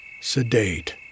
sedate